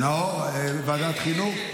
נאור, לוועדת החינוך?